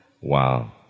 Wow